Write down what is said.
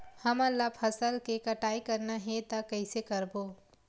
हमन ला फसल के कटाई करना हे त कइसे करबो?